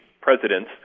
presidents